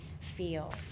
feel